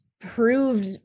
proved